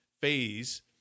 phase